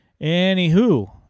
anywho